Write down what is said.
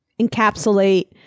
encapsulate